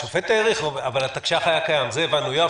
השופט האריך לו, אבל התקש"ח היה קיים, את זה הבנו.